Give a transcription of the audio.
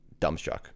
dumbstruck